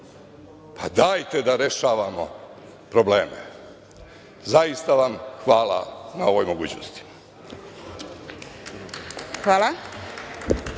Pa, dajte da rešavamo probleme. Zaista vam hvala na ovoj mogućnosti.29/1